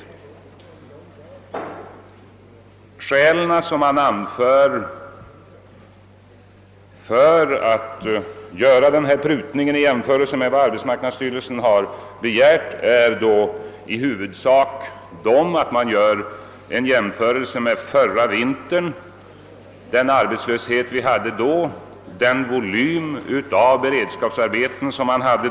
Det skäl som anförts för denna prutning av arbetsmarknadsstyrelsens begäran är i huvudsak en jämförelse med den arbetslöshet vi hade förra vintern och den volym av beredskapsarbeten som då fanns.